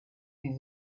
sie